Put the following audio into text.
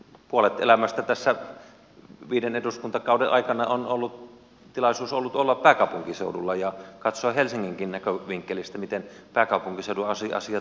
puolet elämästä tässä viiden eduskuntakauden aikana on ollut tilaisuus olla pääkaupunkiseudulla ja katsoa helsinginkin näkövinkkelistä miten pääkaupunkiseudun asiat sujuvat